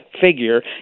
figure